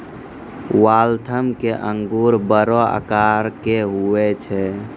Waltham के अंगूर बड़ो आकार के हुवै छै